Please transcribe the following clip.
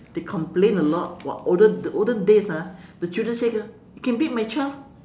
they complain a lot while olden the olden days ah the children sick ah you can beat my child